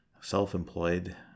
self-employed